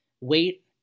wait